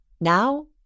Now